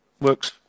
works